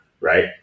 right